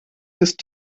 ist